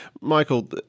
Michael